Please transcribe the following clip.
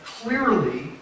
clearly